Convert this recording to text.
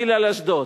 טיל על אשדוד.